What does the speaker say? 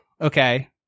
okay